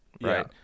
Right